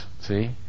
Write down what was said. see